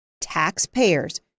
Taxpayers